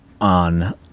on